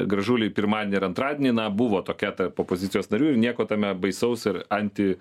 gražuliui pirmadienį ir antradienį na buvo tokia tarp opozicijos narių ir nieko tame baisaus ir anti